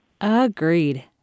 Agreed